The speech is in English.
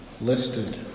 listed